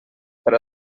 per